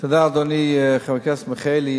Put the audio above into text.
תודה, אדוני, חבר הכנסת מיכאלי.